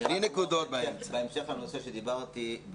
בהמשך לנושא עליו דיברתי,